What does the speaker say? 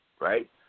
right